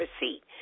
receipt